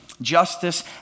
Justice